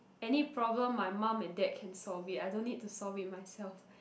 any problem my mum dad can solve it I don't have to solve it myself